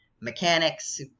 mechanics